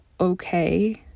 okay